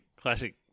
classic